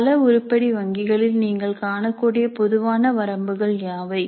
பல உருப்படி வங்கிகளில் நீங்கள் காணக்கூடிய பொதுவான வரம்புகள் யாவை